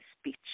speech